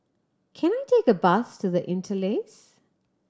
can I take a bus to The Interlace